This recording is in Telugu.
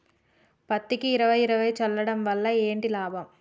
పత్తికి ఇరవై ఇరవై చల్లడం వల్ల ఏంటి లాభం?